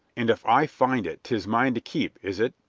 and if i find it tis mine to keep, is it,